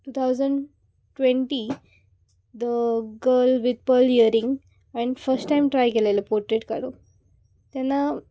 two thousand twenty the girl with pearl earring हांवेन first time try केलेलो portrait काडून तेन्ना